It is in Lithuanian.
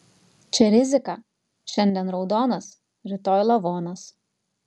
čia rizika šiandien raudonas rytoj lavonas